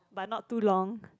but not too long